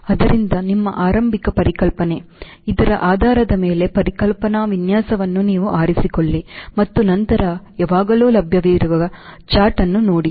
ಆದ್ದರಿಂದ ನಿಮ್ಮ ಆರಂಭಿಕ ಪರಿಕಲ್ಪನೆ ಇದರ ಆಧಾರದ ಮೇಲೆ ಪರಿಕಲ್ಪನಾ ವಿನ್ಯಾಸವನ್ನು ನೀವು ಆರಿಸಿಕೊಳ್ಳಿ ಮತ್ತು ನಂತರ ಯಾವಾಗಲೂ ಲಭ್ಯವಿರುವ ಚಾರ್ಟ್ ಅನ್ನು ನೋಡಿ